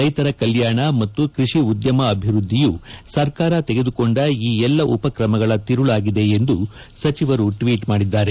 ರೈತರ ಕಲ್ಯಾಣ ಮತ್ತು ಕೃಷಿ ಉದ್ಯಮ ಅಭಿವೃದ್ದಿಯು ಸರ್ಕಾರ ತೆಗೆದುಕೊಂಡ ಈ ಎಲ್ಲ ಉಪಕ್ರಮಗಳ ತಿರುಳಾಗಿದೆ ಎಂದು ಸಚಿವರು ಟ್ವೀಟ್ ಮಾದಿದ್ದಾರೆ